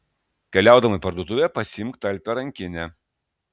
keliaudama į parduotuvę pasiimk talpią rankinę